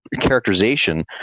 characterization